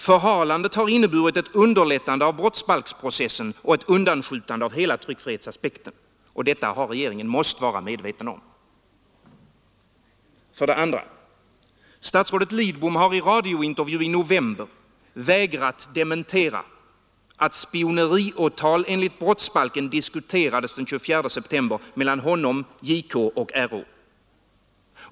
Förhalandet har inneburit ett underlättande av brottsbalksprocessen och ett undanskjutande av hela tryckfrihetsaspekten. Detta har regeringen måst vara medveten om. 2. Statsrådet Lidbom har i radiointervju i november vägrat dementera att spioneriåtal enligt brottsbalken diskuterades den 24 september mellan honom, JK och RÅ.